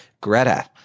Greta